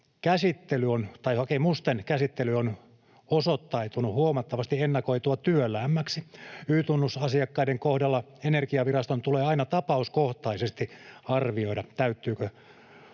Y-tunnuksella. Hakemusten käsittely on osoittautunut huomattavasti ennakoitua työläämmäksi. Y-tunnusasiakkaiden kohdalla Energiaviraston tulee aina tapauskohtaisesti arvioida, täyttääkö